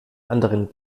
anderen